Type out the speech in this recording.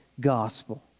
gospel